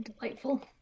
Delightful